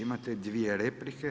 Imate dvije replike.